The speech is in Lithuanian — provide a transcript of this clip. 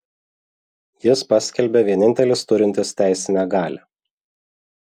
jis paskelbė vienintelis turintis teisinę galią